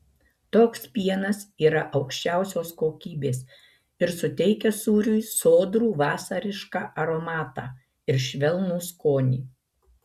toks pienas yra aukščiausios kokybės ir suteikia sūriui sodrų vasarišką aromatą ir švelnų skonį